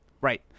Right